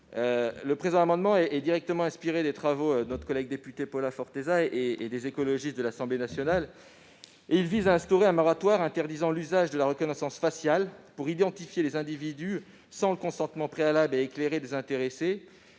Le présent amendement est directement inspiré des travaux de notre collègue députée Paula Forteza et du groupe écologiste de l'Assemblée nationale. Cet amendement de sagesse vise à instaurer un moratoire interdisant l'usage de la reconnaissance faciale pour identifier les individus sans le consentement préalable et éclairé des intéressés,